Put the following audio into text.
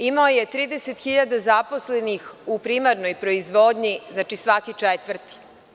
Imao je 30.000 zaposlenih u primarnoj proizvodnji, znači svaki četvrti.